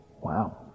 Wow